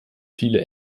viele